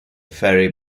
ferry